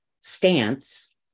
stance